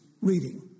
reading